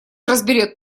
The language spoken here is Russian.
разберет